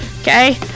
Okay